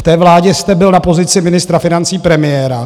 V té vládě jste byl na pozici ministra financí a premiéra.